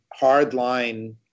hardline